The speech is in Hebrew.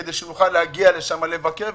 כדי שנוכל להגיע לשם לבקר,